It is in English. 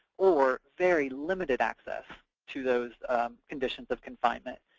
or very limited access to those conditions of confinement.